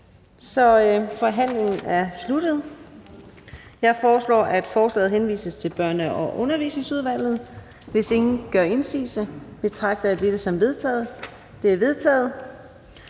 så forhandlingen er sluttet. Jeg foreslår, at forslaget henvises til Børne- og Undervisningsudvalget. Hvis ingen gør indsigelse, betragter jeg dette som vedtaget. Det er vedtaget.